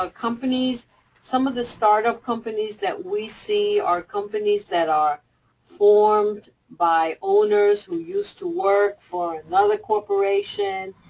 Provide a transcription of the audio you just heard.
ah companies some of the start-up companies that we see are companies that are formed by owners who used to work for another corporation,